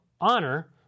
honor